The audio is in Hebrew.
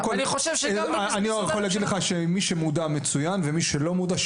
אני חושב שגם --- אני יכול להגיד לך שמי שמודע מצוין ומי שלא מודע,